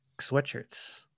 sweatshirts